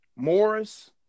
Morris